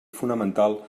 fonamental